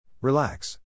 Relax